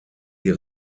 die